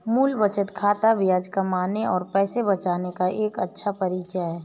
मूल बचत खाता ब्याज कमाने और पैसे बचाने का एक अच्छा परिचय है